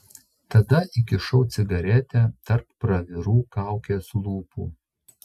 tada įkišau cigaretę tarp pravirų kaukės lūpų